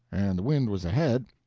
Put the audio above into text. and the wind was ahead,